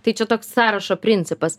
tai čia toks sąrašo principas